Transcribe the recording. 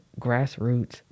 grassroots